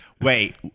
Wait